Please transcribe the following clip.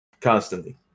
constantly